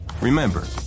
remember